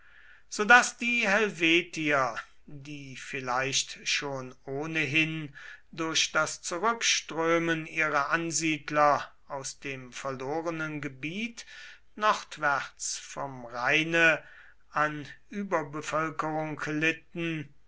daß die helvetier die vielleicht schon ohnehin durch das zurückströmen ihrer ansiedler aus dem verlorenen gebiet nordwärts vom rheine an überbevölkerung litten